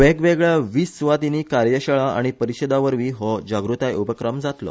वेगवेगळ्या विस सुवातीनी कार्यशाळा आनी परिशदावरवी हो जागृताय उपक्रम जातलो